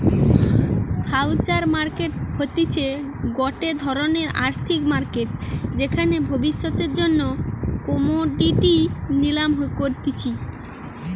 future market হতিছে গটে ধরণের আর্থিক মার্কেট যেখানে ভবিষ্যতের জন্য কোমোডিটি নিলাম করতিছে